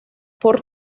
por